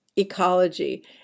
ecology